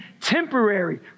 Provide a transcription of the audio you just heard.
temporary